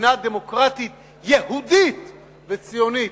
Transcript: במדינה דמוקרטית יהודית וציונית